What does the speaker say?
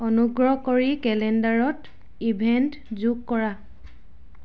অনুগ্ৰহ কৰি কেলেণ্ডাৰত ইভেণ্ট যোগ কৰা